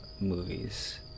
movies